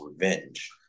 revenge